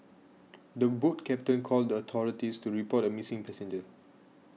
the boat captain called the authorities to report a missing passenger